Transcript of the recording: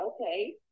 okay